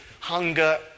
hunger